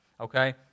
Okay